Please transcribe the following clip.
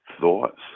thoughts